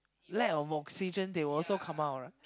lack of oxygen they will also come out right